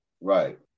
Right